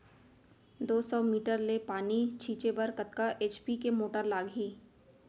दो सौ मीटर ले पानी छिंचे बर कतका एच.पी के मोटर लागही?